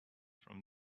from